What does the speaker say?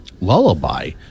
Lullaby